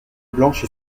blanche